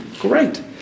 great